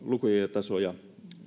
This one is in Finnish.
tasoja